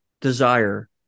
desire